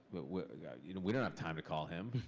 yeah you know we don't have time to call him.